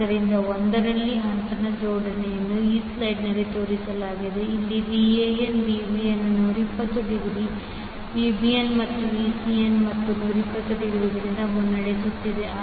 ಆದ್ದರಿಂದ 1 ರಲ್ಲಿ ಅಂತಹ ಜೋಡಣೆಯನ್ನು ಈ ಸ್ಲೈಡ್ನಲ್ಲಿ ತೋರಿಸಲಾಗಿದೆ ಅಲ್ಲಿ Van Vbnಅನ್ನು 120 ಡಿಗ್ರಿ Vbnಮತ್ತೆ Vcnಮತ್ತು 120 ಡಿಗ್ರಿಗಳಿಂದ ಮುನ್ನಡೆಸುತ್ತಿದೆ